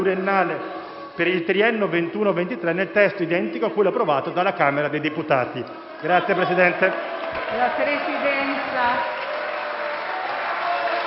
per il triennio 2021-2023», nel testo identico a quello approvato dalla Camera dei deputati.